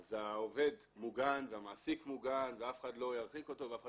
אז העובד מוגן והמעסיק מוגן ואף אחד לא ירחיק אותו ואף אחד